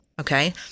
okay